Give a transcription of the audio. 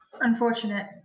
Unfortunate